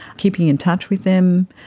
keeping in touch with them,